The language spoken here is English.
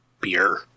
beer